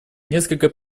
несколько